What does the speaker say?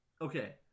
Okay